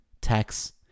tax